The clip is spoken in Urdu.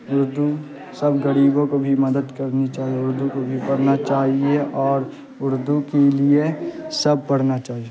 اردو سب غریبوں کو بھی مدد کرنی چاہیے اردو کو بھی پڑھنا چاہیے اور اردو کی لیے سب پڑھنا چاہیے